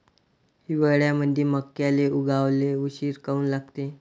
हिवाळ्यामंदी मक्याले उगवाले उशीर काऊन लागते?